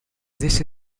this